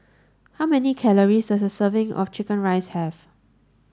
how many calories a serving of chicken rice have